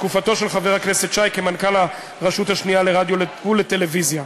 בתקופתו של חבר הכנסת כמנכ"ל הרשות השנייה לרדיו ולטלוויזיה.